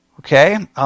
Okay